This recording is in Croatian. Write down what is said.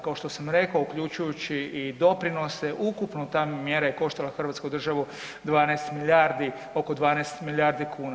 Kao što sam rekao, uključujući i doprinose, ukupna ta mjera je koštala hrvatsku državu 12 milijardi, oko 12 milijardi kuna.